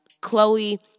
Chloe